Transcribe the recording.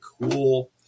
cool